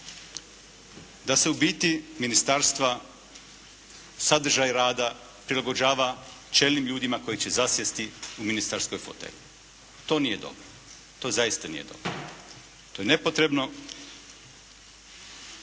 Da se u biti ministarstva, sadržaj rada prilagođava čelnim ljudima koji će zasjesti u ministarske fotelje. To nije dobro. To zaista nije dobro. To je nepotrebno.